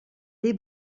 des